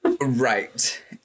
Right